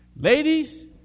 Ladies